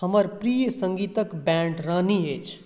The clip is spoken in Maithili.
हमर प्रिय सङ्गीतके बैण्ड रानी अछि